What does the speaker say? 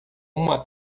uma